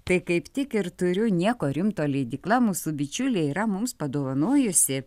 tai kaip tik ir turiu nieko rimto leidykla mūsų bičiulė yra mums padovanojusi